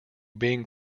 being